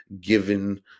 given